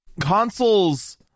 consoles